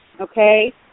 Okay